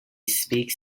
speaks